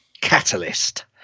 Catalyst